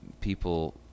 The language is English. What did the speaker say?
people